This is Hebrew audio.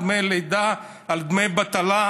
דמי לידה, דמי בטלה?